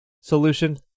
solution